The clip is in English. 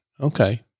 Okay